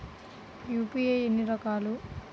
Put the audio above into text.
UPI ఎన్ని రకాలు?